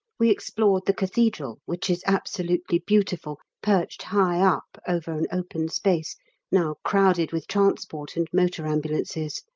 we explored the cathedral, which is absolutely beautiful, perched high up over an open space now crowded with transport and motor ambulances.